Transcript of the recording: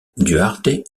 duarte